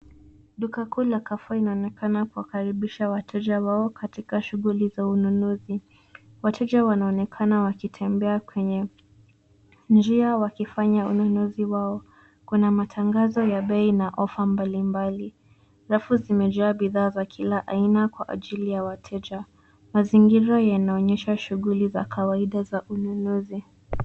Duka kuu la Carrefour inaonekana kuwakaribisha wateja wao katika shughuli za ununuzi. Wateja wanaonekana wakitembea kwenye njia wakifanya ununuzi wao. Kuna matangazo ya bei na offer mbali mbali. Rafu zimejaa bidhaa za kila aina kwa ajili ya wateja. Mazingira yanaonyesha shughuli za kawaida za ununuzi.